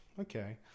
okay